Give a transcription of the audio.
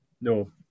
No